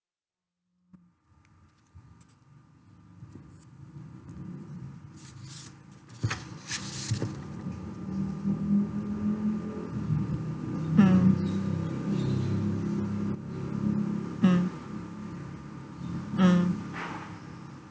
mm mm mm